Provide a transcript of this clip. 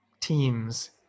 teams